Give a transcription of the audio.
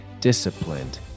disciplined